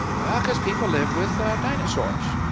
well because people lived with dinosaurs.